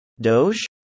Doge